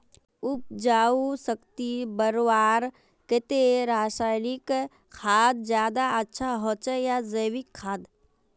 उपजाऊ शक्ति बढ़वार केते रासायनिक खाद ज्यादा अच्छा होचे या जैविक खाद?